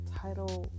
title